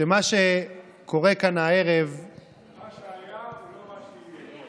היועמ"ש ועד כל מיני פקידים במשרדים ממשלתיים.